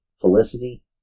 Felicity